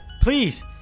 please